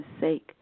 sake